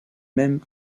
mêmes